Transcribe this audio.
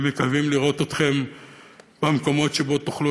ומקווים לראות אתכם במקומות שבהם תוכלו